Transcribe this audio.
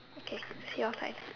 okay your side